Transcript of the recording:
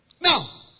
Now